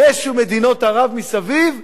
מאחת ממדינות ערב מסביב,